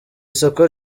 soko